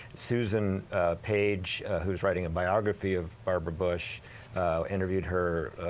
susan page whose writing a biography of barbara bush interviewed her